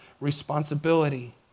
responsibility